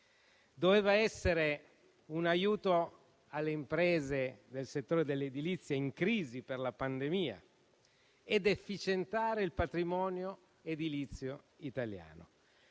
Doveva essere un aiuto alle imprese del settore dell'edilizia, in crisi per la pandemia, ed efficientare il patrimonio edilizio italiano.